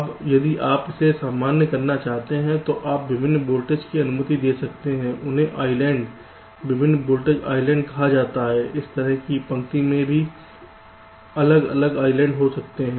अब यदि आप इसे सामान्य करना चाहते हैं तो आप विभिन्न वोल्टेज की अनुमति दे सकते हैं इन्हें आईलैंड विभिन्न वोल्टेज आईलैंड कहा जाता है इस तरह एक ही पंक्ति में भी अलग अलग आईलैंड हो सकते हैं